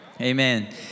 Amen